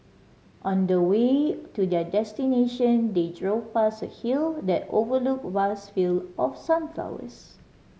on the way to their destination they drove past a hill that overlooked vast field of sunflowers